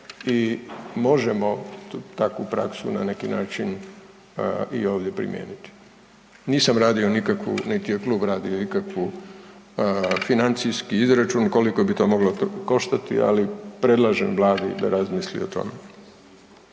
i možemo takvu praksu na neki način i ovdje primijeniti. Nisam radio nikakvu niti je klub radio ikakvu financijski izračun koliko bi to moglo koštati ali predlažem Vladi da razmisli o tome.